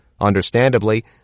Understandably